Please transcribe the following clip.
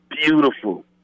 beautiful